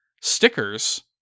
stickers